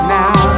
now